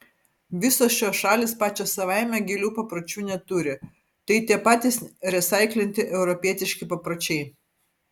visos šios šalys pačios savaime gilių papročių neturi tai tie patys resaiklinti europietiški papročiai